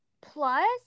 Plus